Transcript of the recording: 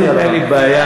אין לי בעיה,